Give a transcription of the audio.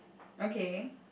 okay